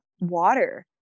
water